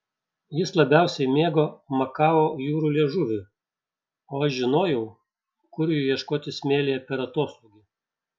jis labiausiai mėgo makao jūrų liežuvį o aš žinojau kur jų ieškoti smėlyje per atoslūgį